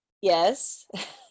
Yes